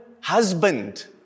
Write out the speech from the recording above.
husband